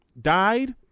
died